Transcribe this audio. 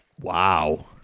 Wow